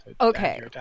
Okay